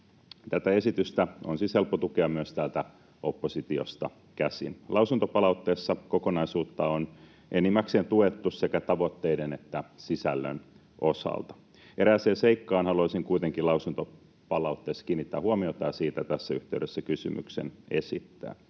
Tätä esitystä on siis helppo tukea myös täältä oppositiosta käsin. Lausuntopalautteessa kokonaisuutta on enimmäkseen tuettu sekä tavoitteiden että sisällön osalta. Erääseen seikkaan haluaisin kuitenkin lausuntopalautteessa kiinnittää huomiota ja siitä tässä yhteydessä kysymyksen esittää.